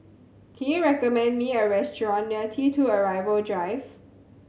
can you recommend me a restaurant near T Two Arrival Drive